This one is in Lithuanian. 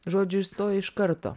žodžiu įstojai iš karto